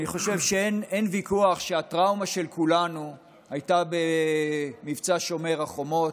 אני חושב שאין ויכוח שהטראומה של כולנו הייתה במבצע שומר החומות,